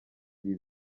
ibi